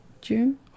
june